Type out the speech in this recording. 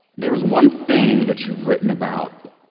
there is one thing that you've written about